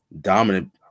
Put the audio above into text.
dominant